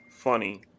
funny